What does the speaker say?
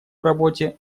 работе